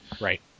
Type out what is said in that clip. Right